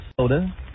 soda